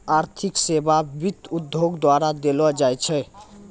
आर्थिक सेबा वित्त उद्योगो द्वारा देलो जाय छै